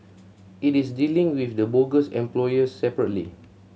it is dealing with the bogus employers separately